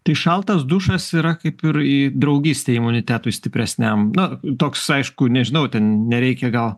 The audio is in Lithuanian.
tai šaltas dušas yra kaip ir į draugystę imunitetui stipresniam na toks aišku nežinau ten nereikia gal